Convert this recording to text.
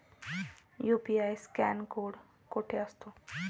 UPI scan code कुठे असतो?